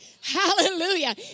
Hallelujah